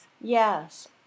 Yes